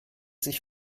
sich